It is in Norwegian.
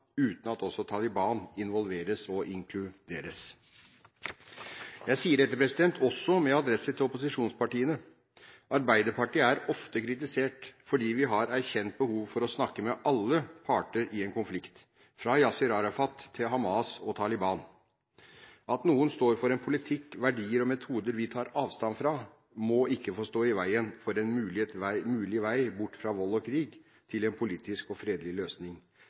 uten at også Taliban involveres og inkluderes. Jeg sier dette også med adresse til opposisjonspartiene. Arbeiderpartiet er ofte blitt kritisert fordi vi har erkjent behovet for å snakke med alle parter i en konflikt, fra Yasir Arafat til Hamas og Taliban. At noen står for en politikk, verdier og metoder vi tar avstand fra, må ikke få stå i veien for en mulig vei bort fra vold og krig, til en politisk og fredelig løsning.